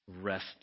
Rest